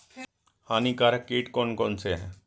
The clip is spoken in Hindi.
हानिकारक कीट कौन कौन से हैं?